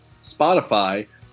Spotify